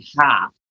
half